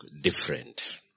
different